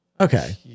Okay